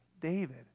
David